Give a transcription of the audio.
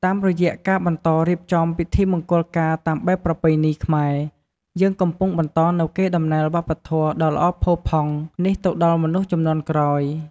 តាមរយៈការបន្តរៀបចំពិធីមង្គលការតាមបែបប្រពៃណីខ្មែរ យើងកំពុងបន្តនូវកេរដំណែលវប្បធម៌ដ៏ល្អផូរផង់នេះទៅដល់មនុស្សជំនាន់ក្រោយ។